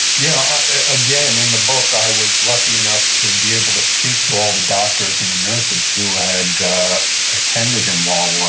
yeah. again, in the book, i was lucky enough to be able to speak to all the doctors and nurses who had attended him while